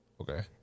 Okay